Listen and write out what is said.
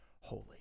holy